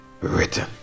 written